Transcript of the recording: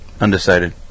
Undecided